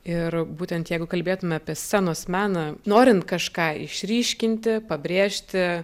ir būtent jeigu kalbėtume apie scenos meną norint kažką išryškinti pabrėžti